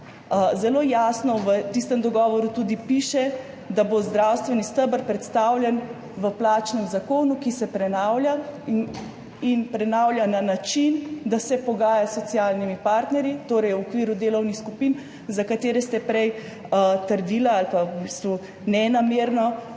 Zelo jasno v tistem dogovoru tudi piše, da bo zdravstveni steber predstavljen v plačnem zakonu, ki se prenavlja, in prenavlja na način, da se pogaja s socialnimi partnerji, torej v okviru delovnih skupin, za katere ste prej trdili ali v bistvu nenamerno